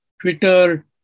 Twitter